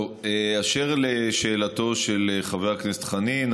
אשר לשאלתו של חבר הכנסת חנין,